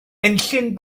enllyn